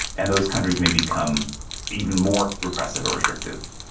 and those countries may become even more repressive or restrictive.